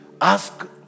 ask